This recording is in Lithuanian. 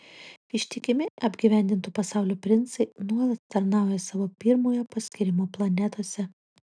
ištikimi apgyvendintų pasaulių princai nuolat tarnauja savo pirmojo paskyrimo planetose